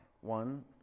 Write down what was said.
one